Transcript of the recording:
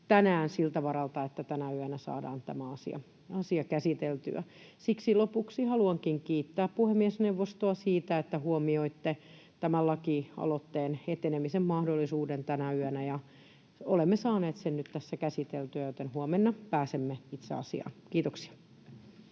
tänään siltä varalta, että tänä yönä saadaan tämä asia käsiteltyä. Siksi lopuksi haluankin kiittää puhemiesneuvostoa siitä, että huomioitte tämän lakialoitteen etenemisen mahdollisuuden tänä yönä. Olemme saaneet sen nyt tässä käsiteltyä, joten huomenna pääsemme itse asiaan. — Kiitoksia.